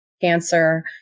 Cancer